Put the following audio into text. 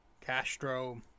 Castro